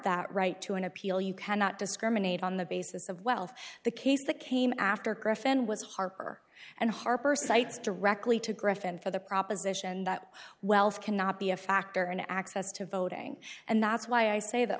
that right to an appeal you cannot discriminate on the basis of wealth the case that came after griffin was harker and harper cites directly to griffin for the proposition that wealth cannot be a factor in access to voting and that's why i say that